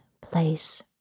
place